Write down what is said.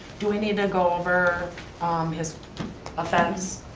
do we need to go over his offense?